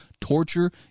torture